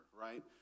right